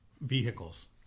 vehicles